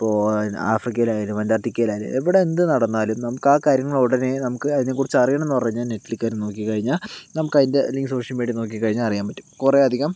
ഇപ്പോ ആഫ്രിക്കയിലായാലും അൻറ്റാർട്ടിക്കയിലായാലും എവിടെ എന്ത് നടന്നാലും നമുക്കാ കാര്യങ്ങൾ ഉടനെ നമുക്ക് അതിനെ കുറിച്ച് അറിയണമെന്ന് പറഞ്ഞാൽ നെറ്റിൽ കേറി നോക്കി കഴിഞ്ഞാൽ നമുക്കതിൻ്റെ അല്ലെങ്കിൽ സോഷ്യൽ മീഡിയ നോക്കി കഴിഞ്ഞാൽ അറിയാൻ പറ്റും കുറേ അധികം